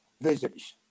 visitors